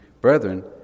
brethren